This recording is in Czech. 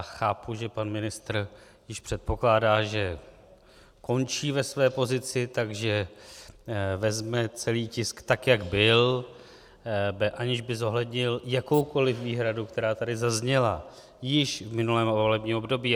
Chápu, že pan ministr již předpokládá, že končí ve své pozici, takže vezme celý tisk tak, jak byl, aniž by zohlednil jakoukoli výhradu, která tady zazněla již v minulém volebním období.